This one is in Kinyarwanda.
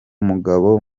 mugabo